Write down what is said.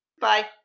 Bye